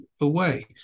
away